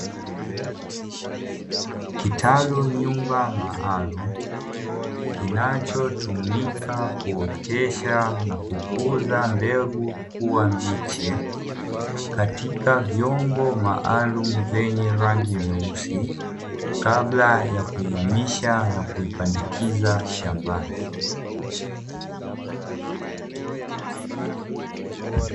Kitalu nyumba maalumu, kinachotumika kuotesha na kukuza mbegu kuwa miche, katika vyombo maalumu vyenye rangi nyeusi. Kabla ya kuihamisha na kuipandikiza shambani.